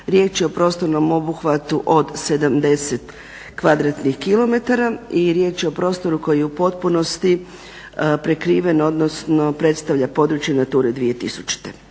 Riječ je o prostornom obuhvatu od 70 kvadratnih kilometara i riječ je o prostoru koji je u potpunosti prekriven, odnosno predstavlja područje NATURA 2000.